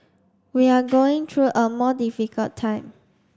we are going through a more difficult time